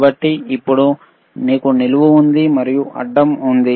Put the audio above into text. కాబట్టి ఇప్పుడు మనకు నిలువు ఉంది మనకు అడ్డం ఉంది